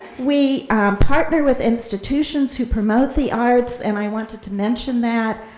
we partner with institutions who promote the arts, and i wanted to mention that.